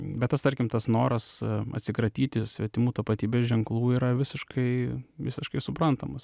bet tas tarkim tas noras atsikratyti svetimų tapatybės ženklų yra visiškai visiškai suprantamas